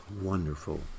wonderful